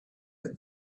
that